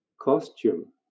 costume